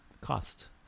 cost